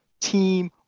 team